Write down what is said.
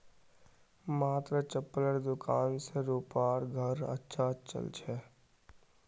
मात्र चप्पलेर दुकान स रूपार घर अच्छा चल छ